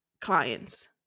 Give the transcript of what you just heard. clients